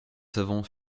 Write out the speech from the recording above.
savants